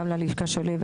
גם ללשכה שלי,